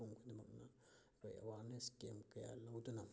ꯃꯤꯄꯨꯝ ꯈꯨꯗꯤꯡꯃꯛꯅ ꯑꯩꯈꯣꯏ ꯑꯦꯋꯥꯔꯅꯦꯁ ꯀꯦꯝ ꯀꯌꯥ ꯂꯧꯗꯨꯅ